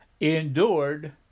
endured